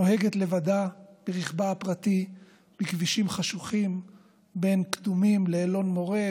נוהגת לבדה ברכבה הפרטי בכבישים חשוכים בין קדומים לאלון מורה,